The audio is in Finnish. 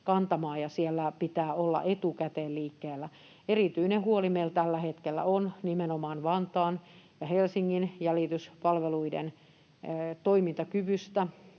kantamaan, ja siellä pitää olla etukäteen liikkeellä. Erityinen huoli meillä tällä hetkellä on nimenomaan Vantaan ja Helsingin jäljityspalveluiden toimintakyvystä,